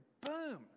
Boom